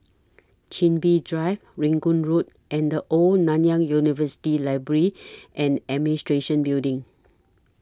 Chin Bee Drive Rangoon Road and The Old Nanyang University Library and Administration Building